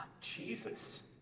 Jesus